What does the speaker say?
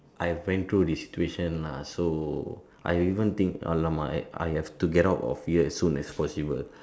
I've went through this situation lah so I even think !alamak! I I have to get out of here as soon as possible